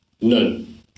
None